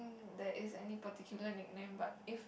there is any particular nickname but if